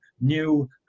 new